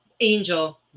angel